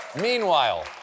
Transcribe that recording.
Meanwhile